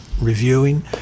reviewing